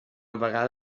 vegada